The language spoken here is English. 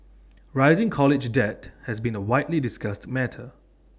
rising college debt has been A widely discussed matter